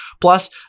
Plus